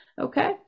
okay